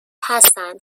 هستند